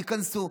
תיכנסו,